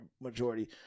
majority